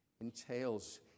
entails